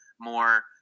more